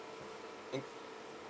mm